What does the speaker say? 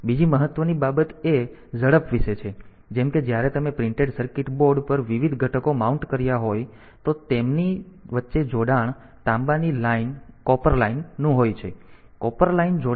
બીજી મહત્વની બાબત એ ઝડપ વિશે છે જેમ કે જ્યારે તમે પ્રિન્ટેડ સર્કિટ બોર્ડ પર વિવિધ ઘટકો માઉન્ટ કર્યા હોય તો તેમની વચ્ચે જોડાણ તાંબાની line copper line copper line નું હોય છે